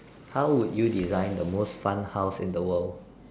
how would you design the most fun house in the world